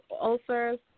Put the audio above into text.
ulcers